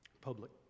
Public